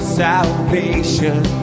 salvation